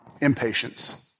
impatience